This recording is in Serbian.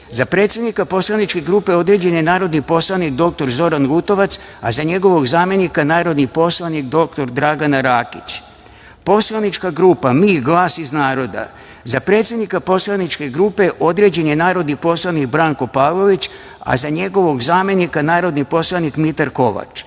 Za predsednika poslaničke grupe određen je narodni poslanik dr Zoran Lutovac, a za njegovog zamenika narodni poslanik dr Dragana Rakić;- Poslanička grupa MI GLAS IZ NARODA. Za predsednika poslaničke grupe određen je narodni poslanik Branko Pavlović, a za njegovog zamenika narodni poslanik Mitar Kovač;-